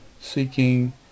seeking